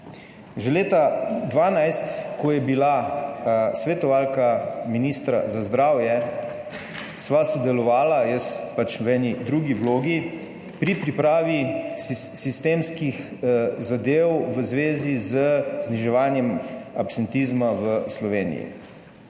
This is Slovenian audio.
Že leta 2012, ko je bila svetovalka ministra za zdravje, sva sodelovala, jaz pač v eni drugi vlogi pri pripravi sistemskih zadev v zvezi z zniževanjem absentizma v Sloveniji.